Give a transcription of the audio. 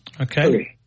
Okay